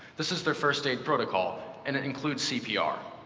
this is their first-aid protocol, and it includes cpr.